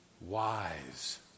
wise